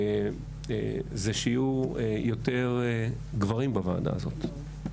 וזה שיהיו יותר גברים בוועדה הזאת.